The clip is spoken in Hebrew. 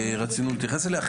שרצינו להתייחס אליה.